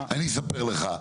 אני אספר לך,